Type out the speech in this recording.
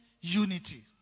unity